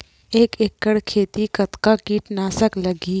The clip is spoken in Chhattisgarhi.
एक एकड़ खेती कतका किट नाशक लगही?